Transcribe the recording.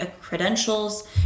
credentials